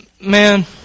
man